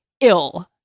ill